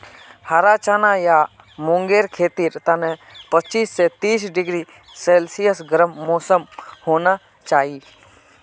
हरा चना या मूंगेर खेतीर तने पच्चीस स तीस डिग्री सेल्सियस गर्म मौसम होबा चाई